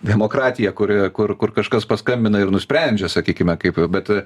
demokratija kuri kur kur kažkas paskambina ir nusprendžia sakykime kaip bet